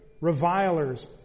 revilers